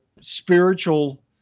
spiritual